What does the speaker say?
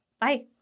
Bye